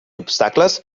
obstacles